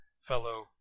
fellow